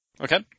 Okay